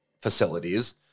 facilities